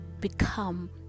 become